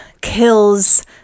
kills